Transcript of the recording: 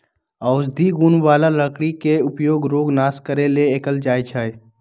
औषधि गुण बला लकड़ी के उपयोग रोग नाश करे लेल कएल जाइ छइ